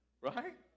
Right